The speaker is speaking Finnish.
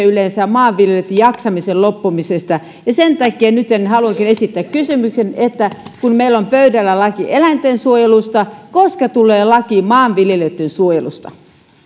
yleensä kyse maanviljelijöiden jaksamisen loppumisesta sen takia nytten haluankin esittää kysymyksen kun meillä on pöydällä laki eläinten suojelusta koska tulee laki maanviljelijöitten suojelusta